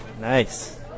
Nice